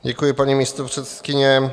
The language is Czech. Děkuji, paní místopředsedkyně.